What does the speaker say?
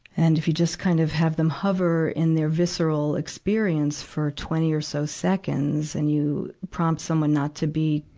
and if you just kind of have them hover in their visceral experience for twenty or so seconds and you prompt someone not to be,